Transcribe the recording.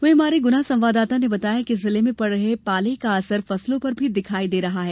वहीं हमारे गुना संवाददाता ने बताया है कि जिले में पड़ रहे पाले का असर फसलों पर भी दिखाई दे रहे है